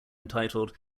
entitled